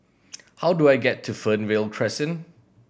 how do I get to Fernvale Crescent